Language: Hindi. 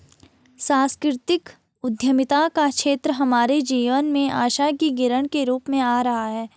सांस्कृतिक उद्यमिता का क्षेत्र हमारे जीवन में आशा की किरण के रूप में आ रहा है